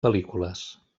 pel·lícules